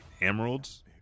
emeralds